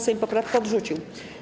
Sejm poprawkę odrzucił.